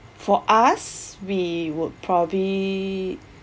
for us we would probably